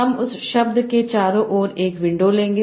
हम उस शब्द के चारों ओर एक विंडो लेंगे